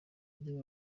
buryo